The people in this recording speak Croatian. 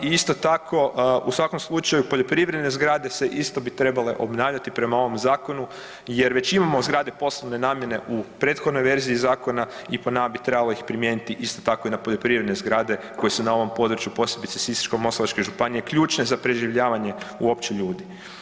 Isto tako, u svakom slučaju, poljoprivredne zgrade se isto bi trebale obnavljati prema ovom zakonu jer već imamo zgrade posebne namjene u prethodnoj verziji zakona i po nama bi trebalo ih primijeniti isto tako i na poljoprivredne zgrade, koje su na ovom području, posebno Sisačko-moslavačke županije ključne za preživljavanje uopće ljudi.